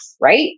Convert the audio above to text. right